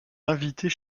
invités